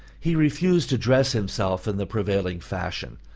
he refused to dress himself in the prevailing fashion,